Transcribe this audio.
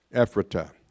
Ephrata